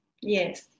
Yes